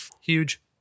Huge